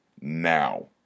now